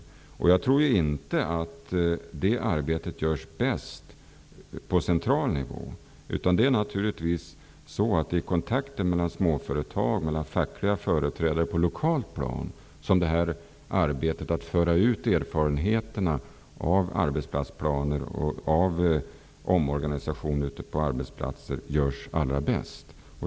Jag tror inte att det arbetet görs bäst på central nivå. Det är naturligtvis genom kontakter med småföretagen och med fackliga företrädare på lokalt plan som arbetet att föra ut erfarenheterna av arbetsplatsplaner och omorganisationer ute på arbetsplatserna görs allra bäst.